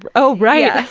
oh, right! yeah